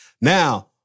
Now